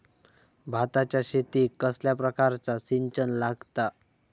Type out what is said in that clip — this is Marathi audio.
भाताच्या शेतीक कसल्या प्रकारचा सिंचन लागता?